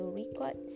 record